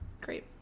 Great